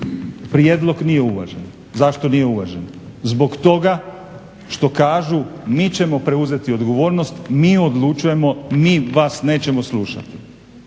prijedlog nije uvažen. Zašto nije uvažen, zbog toga što kažu mi ćemo preuzeti odgovornost, mi odlučujemo mi vas nećemo slušati.